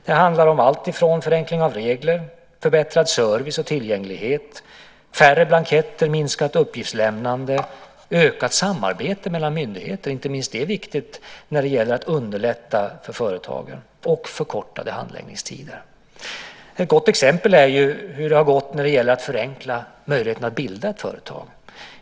Det handlar om alltifrån förenkling av regler, förbättrad service och tillgänglighet, färre blanketter, minskat uppgiftslämnande, ett ökat samarbete mellan myndigheter, som inte minst är viktigt när det gäller att underlätta för företagen, och förkortade handläggningstider. Ett gott exempel är hur det har gått att förenkla möjligheten att bilda ett företag.